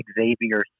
Xavier